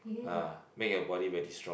ah make your body very strong